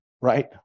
right